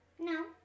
No